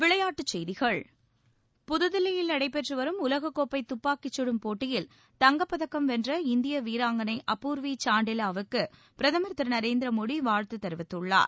விளையாட்டுக் செய்திகள் புதுதில்லியில் நடைபெற்று வரும் உலகக் கோப்பை தப்பாக்கிச்கடும் போட்டியில் தங்கப்பதக்கம் வென்ற இந்திய வீராங்கனை அபூர்வி சாண்டிலா வுக்கு பிரதமர் திரு நரேந்திர மோடி வாழ்த்து தெரிவித்துள்ளார்